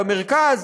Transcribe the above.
במרכז,